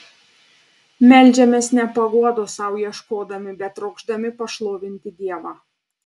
meldžiamės ne paguodos sau ieškodami bet trokšdami pašlovinti dievą